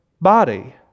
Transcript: body